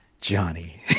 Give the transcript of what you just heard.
johnny